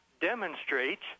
demonstrates